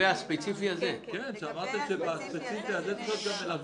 הזה צריך להיות גם מלווה בהסעה.